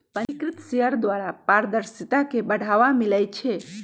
पंजीकृत शेयर द्वारा पारदर्शिता के बढ़ाबा मिलइ छै